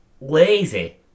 lazy